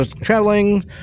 traveling